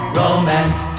romance